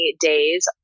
days